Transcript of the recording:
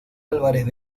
álvarez